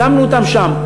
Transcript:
שמנו אותם שם.